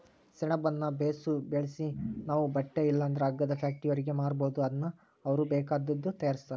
ಸೆಣಬುನ್ನ ಬೇಸು ಬೆಳ್ಸಿ ನಾವು ಬಟ್ಟೆ ಇಲ್ಲಂದ್ರ ಹಗ್ಗದ ಫ್ಯಾಕ್ಟರಿಯೋರ್ಗೆ ಮಾರ್ಬೋದು ಅದುನ್ನ ಅವ್ರು ಬೇಕಾದ್ದು ತಯಾರಿಸ್ತಾರ